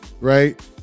Right